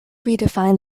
redefined